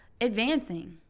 advancing